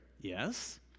yes